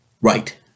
Right